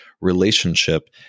relationship